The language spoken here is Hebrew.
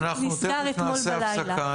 זה נסגר אתמול בלילה.